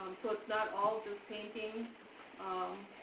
um so it's not all just painting um